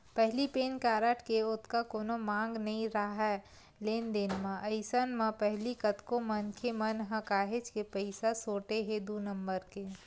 पहिली PAN card के ओतका कोनो मांग नइ राहय लेन देन म, अइसन म पहिली कतको मनखे मन ह काहेच के पइसा सोटे हे दू नंबर के